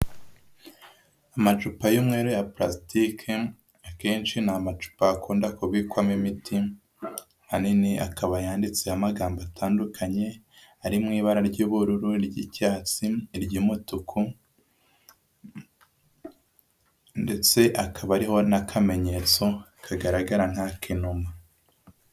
Amacupa y'umweru ya purasitike, akenshi ni amacupa akunda kubikwamo imiti, ahanini akaba yanditseho amagambo atandukanye, ari mu ibara ry'ubururu, iry'icyatsi, iry'umutuku ndetse akaba ariho n'akamenyetso kagaragara nk'ak'inuma.